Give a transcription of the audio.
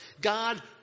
God